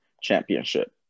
championship